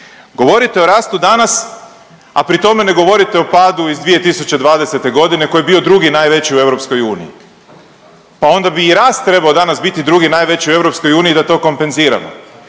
Govorite o rastu danas, a pri tome ne govorite o padu iz 2020.g. koji je bio drugi najveći u EU, pa onda bi i rast trebao danas biti drugi najveći u EU da to kompenziramo.